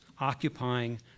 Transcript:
occupying